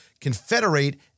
confederate